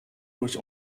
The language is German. durch